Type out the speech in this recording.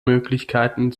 möglichkeiten